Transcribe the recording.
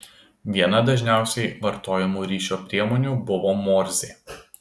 viena dažniausiai vartojamų ryšio priemonių buvo morzė